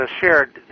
shared